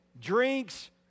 drinks